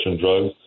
drugs